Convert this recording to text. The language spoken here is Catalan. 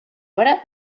obra